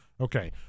okay